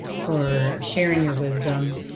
for sharing your wisdom,